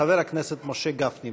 חבר הכנסת משה גפני.